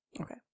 Okay